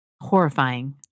Horrifying